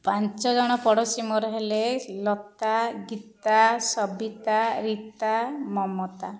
ପାଞ୍ଚ ଜଣ ପଡ଼ୋଶୀ ମୋର ହେଲେ ଲତା ଗୀତା ସବିତା ରୀତା ମମତା